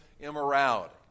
immorality